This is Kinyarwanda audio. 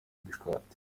gishwati